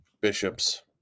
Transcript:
bishops